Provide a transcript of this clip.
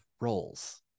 roles